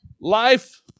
Life